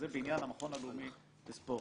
זה בעניין המכון הלאומי לספורט.